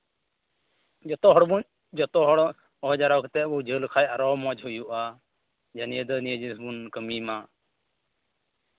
ᱡᱚᱛ ᱦᱚᱲ ᱵᱚᱱ ᱡᱚᱛᱚ ᱦᱚᱲ ᱦᱚᱦᱚ ᱡᱟᱣᱨᱟ ᱠᱟᱛᱮᱫ ᱵᱩᱡᱷᱟᱹᱣ ᱞᱮᱠᱷᱟᱱ ᱟᱨᱚ ᱢᱚᱡᱽ ᱦᱩᱭᱩᱜᱼᱟ ᱱᱤᱭᱟᱹ ᱫᱚ ᱱᱤᱭᱟᱹ ᱡᱤᱱᱤᱥ ᱵᱚᱱ ᱠᱟᱹᱢᱤᱭ ᱢᱟ